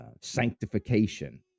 sanctification